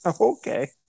okay